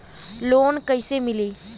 Loan कईसे मिली?